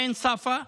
עין ספא,